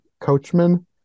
coachman